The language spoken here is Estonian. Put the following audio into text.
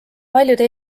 paljude